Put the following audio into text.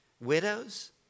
Widows